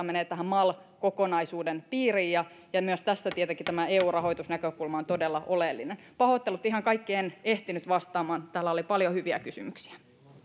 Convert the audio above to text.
menee mal kokonaisuuden piiriin ja ja myös tässä tietenkin tämä eu rahoitusnäkökulma on todella oleellinen pahoittelut ihan kaikkiin en ehtinyt vastaamaan täällä oli paljon hyviä kysymyksiä